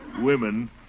Women